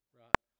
right